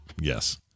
yes